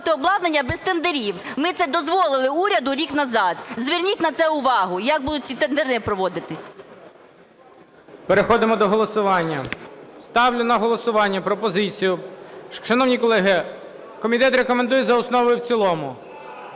обладнання без тендерів. Ми це дозволити уряду рік назад. Зверніть на це увагу, як будуть ці тендери проводитись. ГОЛОВУЮЧИЙ. Переходимо до голосування. Ставлю на голосування пропозицію… Шановні колеги, комітет рекомендує за основу і в цілому.